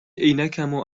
عینکمو